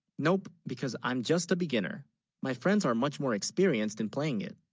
nope, because i'm just a beginner my friends are much more experienced in playing it